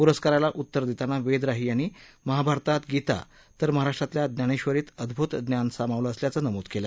पुरस्काराला उत्तर देताना वेद राही यांनी महाभारतात गीता तर महाराष्ट्रातल्या ज्ञानेश्वरीत अद्भुत ज्ञान सामावलं असल्याचं नमूद केलं